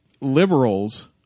liberals